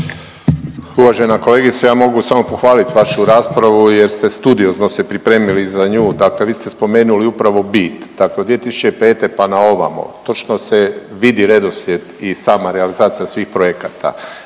Uvažena kolegice ja mogu samo pohvalit vašu raspravu jer ste studiozno se pripremili za nju, dakle vi ste spomenuli upravo bit dakle od 2005. pa naovamo, točno se vidi redoslijed i sama realizacija svih projekata.